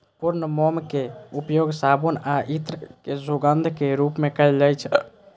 पूर्ण मोमक उपयोग साबुन आ इत्र मे सुगंधक रूप मे कैल जाइ छै